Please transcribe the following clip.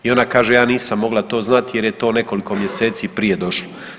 I ona kaže ja nisam to mogla znati jer je to nekoliko mjeseci prije došlo.